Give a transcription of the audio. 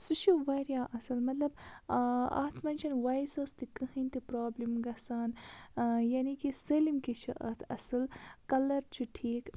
سُہ چھُ واریاہ اَصٕل مطلب اَتھ منٛز چھَنہٕ وایِسَس تہِ کٕہٕنۍ تہِ پرٛابلِم گَژھان یعنی کہِ سٲلِم کیٚنٛہہ چھُ اَتھ اَصٕل کَلَر چھُ ٹھیٖک